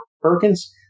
Perkins